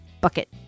bucket